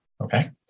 okay